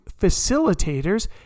facilitators